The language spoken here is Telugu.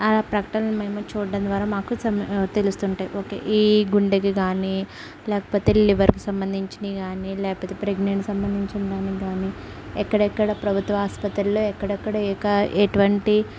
ప్రకటనలు మేము చూడడం ద్వారా మాకు సమ్ తెలుస్తుంటయి ఓకే ఈ గుండెకి గానీ లేకపోతే లివర్కి సంబంధించినయి గానీ లేకపోతే ప్రెగ్నెంట్ సంబంధించిన దానికి గానీ ఎక్కడెక్కడ ప్రభుత్వ ఆసుపత్రిలో ఎక్కడెక్కడ ఏక ఎటువంటి